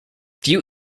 few